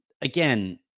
again